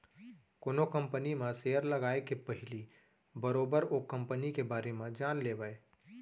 कोनो कंपनी म सेयर लगाए के पहिली बरोबर ओ कंपनी के बारे म जान लेवय